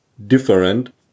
Different